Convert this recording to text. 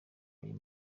ayo